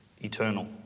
eternal